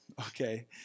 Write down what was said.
okay